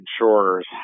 insurers